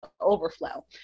overflow